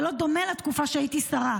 זה לא דומה לתקופה שבה הייתי שרה.